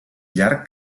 llarg